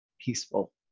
peaceful